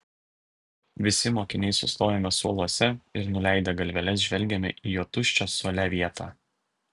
visi mokiniai sustojome suoluose ir nuleidę galveles žvelgėme į jo tuščią suole vietą